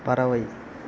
பறவை